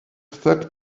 that